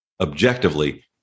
objectively